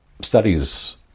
studies